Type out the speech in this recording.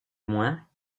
moins